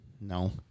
No